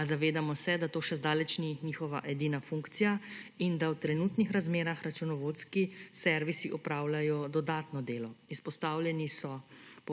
a zavedamo se, da to še zdaleč ni njihova edina funkcija in da v trenutnih razmerah računovodski servisi opravljajo dodatno delo, izpostavljeni so